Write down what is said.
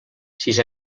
sis